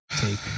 take